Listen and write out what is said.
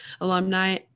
alumni